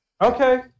okay